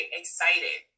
excited